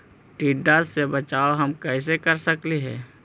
टीडा से बचाव हम कैसे कर सकली हे?